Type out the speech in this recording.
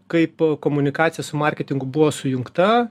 kaip komunikacija su marketingu buvo sujungta